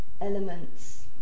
elements